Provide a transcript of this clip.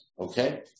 okay